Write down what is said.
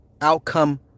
outcome